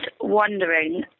wondering